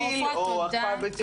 או הקפאת ביציות חברתית.